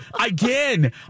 again